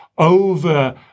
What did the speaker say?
over